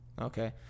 Okay